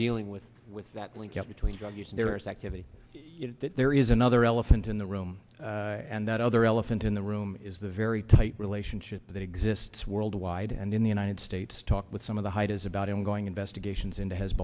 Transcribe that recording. dealing with with that link between drug use and there is activity there is another elephant in the room and that other elephant in the room is the very tight relationship that exists worldwide and in the united states talk with some of the hide is about him going investigations into h